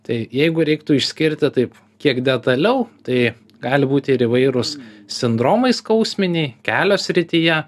tai jeigu reiktų išskirti taip kiek detaliau tai gali būti ir įvairūs sindromai skausminiai kelio srityje